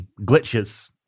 glitches